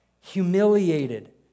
humiliated